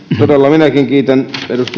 minäkin todella kiitän